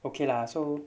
okay lah so